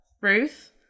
Ruth